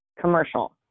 commercial